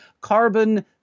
Carbon